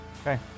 Okay